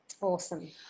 Awesome